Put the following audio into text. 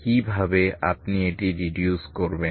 কিভাবে আপনি এটি রিডিউস করবেন